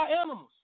animals